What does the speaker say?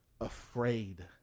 afraid